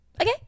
Okay